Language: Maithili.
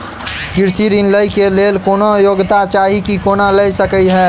कृषि ऋण लय केँ लेल कोनों योग्यता चाहि की कोनो लय सकै है?